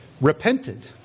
repented